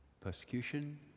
persecution